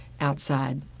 outside